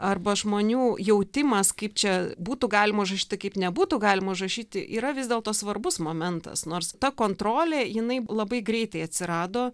arba žmonių jautimas kaip čia būtų galima užrašyti kaip nebūtų galima užrašyti yra vis dėlto svarbus momentas nors ta kontrolė jinai labai greitai atsirado